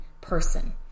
person